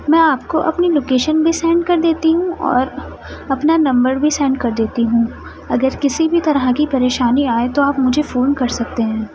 میں آپ کو اپنی لوکیشن بھی سینڈ کر دیتی ہوں اور اپنا نمبر بھی سینڈ کر دیتی ہوں اگر کسی بھی طرح کی پریشانی آئے تو آپ مجھے فون کر سکتے ہیں